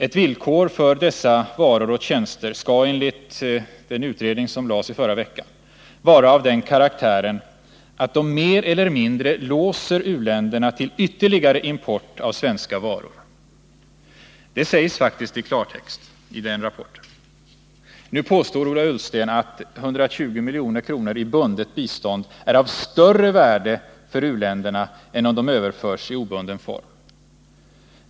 Ett villkor för dessa varor och tjänster skall vara, enligt den utredning som lades fram i förra veckan, att de mer eller mindre låser u-länderna till ytterligare import av svenska varor. Detta sägs faktiskt i klartext i rapporten. Nu påstår Ola Ullsten att 120 milj.kr. i bundet bistånd är av större värde för u-länderna än om det överförs i obunden form.